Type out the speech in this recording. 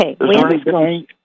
Okay